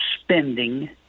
spending